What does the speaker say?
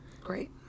Great